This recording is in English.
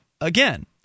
again